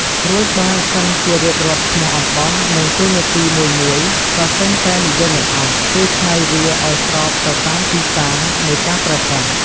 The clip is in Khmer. រួចបើសិនជារៀបរាប់ឈ្មោះអំបោស និងតួនាទីមួយៗ ក៏សឹងតែនិយាយមិនអស់ គេច្នៃវាអោយស្របទៅតាមទីតាំងនៃការប្រើប្រាស់។